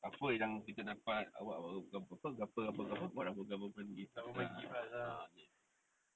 apa yang kita dapat apa-apa what our government give us ah yes yes yes